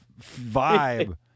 vibe